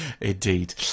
indeed